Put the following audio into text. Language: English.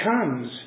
comes